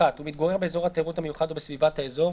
(1)הוא מתגורר באזור התיירות המיוחד או בסביבת האזור,